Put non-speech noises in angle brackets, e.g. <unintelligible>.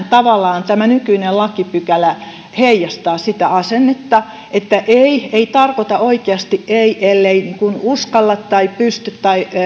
<unintelligible> tavallaan tämä nykyinen lakipykälä heijastaa että että ei ei tarkoita oikeasti ei ellei uskalla tai pysty